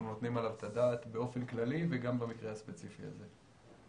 נותנים עליו את הדעת באופן כללי וגם במקרה הספציפי הזה.